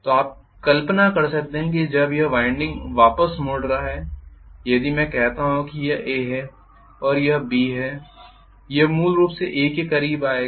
तो आप कल्पना कर सकते हैं कि जब यह वाइंडिंग वापस मुड़ रहा है यदि मैं कहता हूं कि यह A है और यह B है यह मूल रूप से B के करीब आएगा